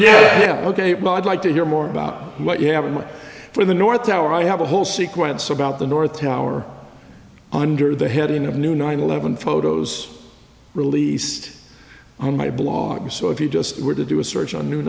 yeah yeah ok well i'd like to hear more about what you have in mind for the north tower i have a whole sequence about the north tower under the heading of new nine eleven photos released on my blog so if you just were to do a search on new